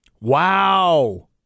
Wow